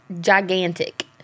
gigantic